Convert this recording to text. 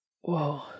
Whoa